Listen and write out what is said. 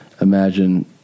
imagine